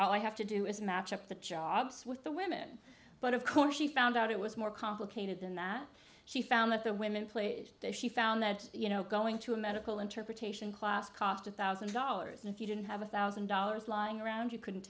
all i have to do is match up the jobs with the women but of course she found out it was more complicated than that she found that the women play it she found that you know going to a medical interpretation class cost a thousand dollars if you didn't have a thousand dollars lying around you couldn't